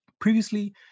Previously